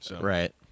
Right